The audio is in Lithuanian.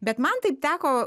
bet man taip teko